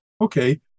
okay